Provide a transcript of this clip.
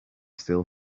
steal